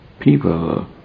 People